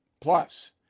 Plus